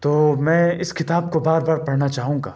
تو میں اس کتاب کو بار بار پڑھنا چاہوں گا